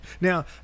Now